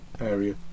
area